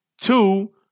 Two